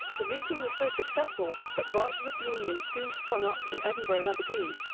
the meeting was so successful that branches of the union soon sprung up in edinburgh and aberdeen.